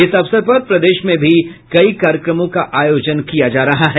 इस अवसर पर प्रदेश मे कई कार्यक्रमों का आयोजन किया जा रहा है